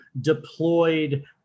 deployed